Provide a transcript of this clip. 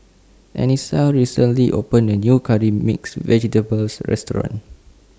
Anissa recently opened A New Curry Mixed Vegetables Restaurant